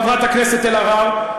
חברת הכנסת אלהרר,